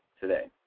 today